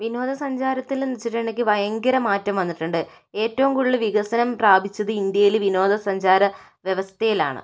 വിനോദസഞ്ചാരത്തിലെന്നു വെച്ചിട്ടുണ്ടെങ്കിൽ ഭയങ്കര മാറ്റം വന്നിട്ടുണ്ട് ഏറ്റവും കൂടുതൽ വികസനം പ്രാപിച്ചത് ഇന്ത്യയിൽ വിനോദസഞ്ചാര വ്യവസ്ഥയിലാണ്